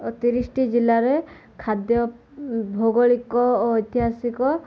ଓ ତିରିଶିଟି ଜିଲ୍ଲାରେ ଖାଦ୍ୟ ଭୌଗୋଳିକ ଓ ଐତିହାସିକ